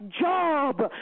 job